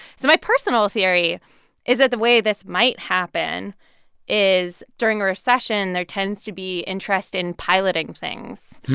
so my personal theory is that the way this might happen is during a recession, there tends to be interest in piloting things.